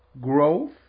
growth